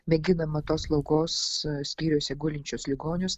mėginama tuos slaugos skyriuose gulinčius ligonius